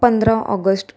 पंधरा ऑगस्ट